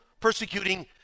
persecuting